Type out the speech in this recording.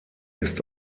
ist